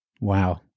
Wow